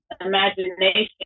imagination